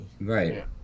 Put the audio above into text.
Right